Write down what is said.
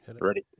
ready